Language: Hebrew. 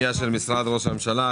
בפנייה 54-56 משרד ראש הממשלה.